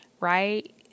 right